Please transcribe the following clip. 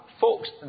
Folks